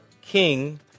king